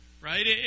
right